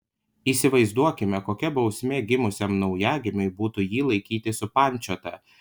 įsivaizduokime kokia bausmė gimusiam naujagimiui būtų jį laikyti supančiotą